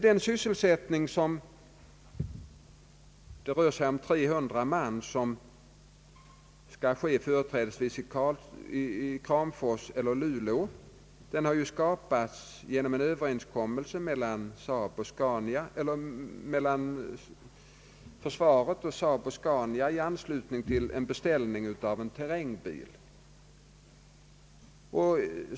Den sysselsättning — det rör sig om 300 man — som skall igångsättas företrädesvis i Kramfors eller Luleå har man fått fram genom en överenskommelse mellan försvaret, SAAB och Scania i anslutning till en beställning av en terrängbil.